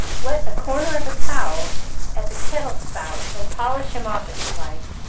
wet a corner of a towel at the kettle-spout and polish him off if you like,